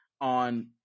on